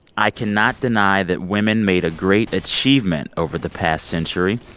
i cannot deny that women made a great achievement over the past century.